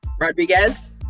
Rodriguez